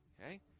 okay